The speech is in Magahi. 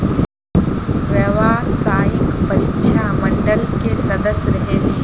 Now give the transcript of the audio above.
व्यावसायिक परीक्षा मंडल के सदस्य रहे ली?